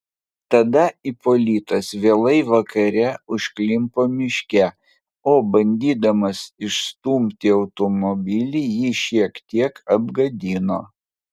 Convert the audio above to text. tada ipolitas vėlai vakare užklimpo miške o bandydamas išstumi automobilį jį šiek tiek apgadino